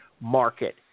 market